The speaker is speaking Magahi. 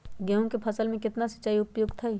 गेंहू के फसल में केतना सिंचाई उपयुक्त हाइ?